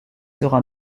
sera